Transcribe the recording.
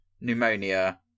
pneumonia